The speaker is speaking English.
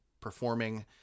performing